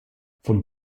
von